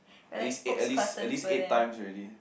at least eight times already